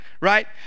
Right